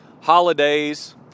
holidays